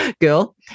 girl